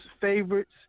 favorites